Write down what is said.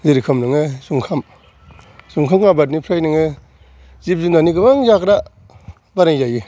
जेरोखम नोङो जुखाम जुखामखौ आबादनिफ्राय नोङो जिब जुनारनि गोबां जाग्रा बानायजायो